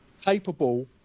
capable